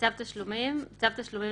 "צו תשלומים" צו תשלומים